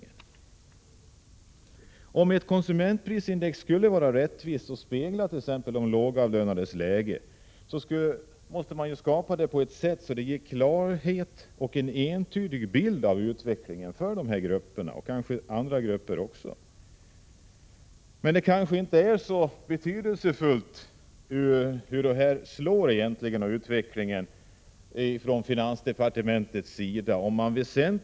För att ett konsumentprisindex skall vara rättvist och spegla t.ex. de lågavlönades läge måste det skapas på ett sätt som ger klarhet och en entydig bild av utvecklingen för dessa grupper och kanske också för andra grupper. Menii finansdepartementet tycker man kanske inte att det är så betydelsefullt — Prot. 1986/87:103 hur dessa mätningar slår.